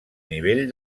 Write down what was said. nivell